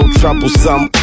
troublesome